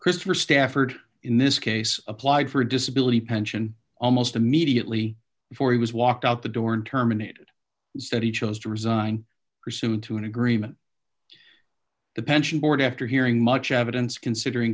christopher stafford in this case applied for a disability pension almost immediately before he was walked out the door and terminated said he chose to resign pursuant to an agreement the pension board after hearing much evidence considering